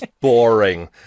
boring